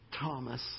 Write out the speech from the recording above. Thomas